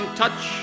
touch